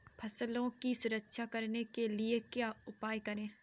फसलों की सुरक्षा करने के लिए क्या उपाय करें?